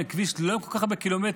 זה כביש לא עם כל כך הרבה קילומטרים,